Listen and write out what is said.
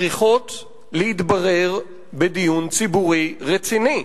צריכות להתברר בדיון ציבורי רציני.